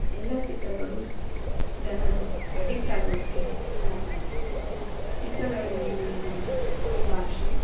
ಎಲ್ಲ ಚಿತ್ರಗಳು ಜನರು ಅಡಿಕ್ಟ್ ಆಗೋಕ್ಕೆ ಸ್ಟಾರ್ಟ್ ಆದರು ಚಿತ್ರಗಳಲ್ಲಿನ ಭಾಷೆ